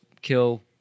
kill